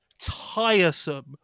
tiresome